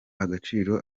agaciro